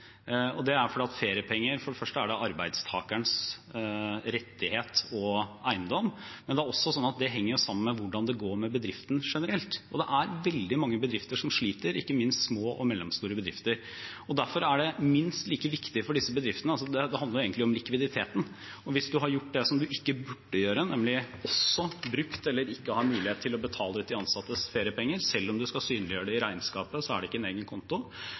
Det er fordi feriepenger for det første er arbeidstakerens rettighet og eiendom, men det henger også sammen med hvordan det går med bedriften generelt. Og det er veldig mange bedrifter som sliter, ikke minst små og mellomstore bedrifter. Det handler jo egentlig om likviditeten. Og hvis en har gjort det som en ikke burde gjøre, nemlig brukt eller ikke har mulighet til å betale ut de ansattes feriepenger – selv om en skal synliggjøre det i regnskapet, er det ikke en egen konto